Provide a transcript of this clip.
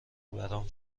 برام